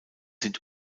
sind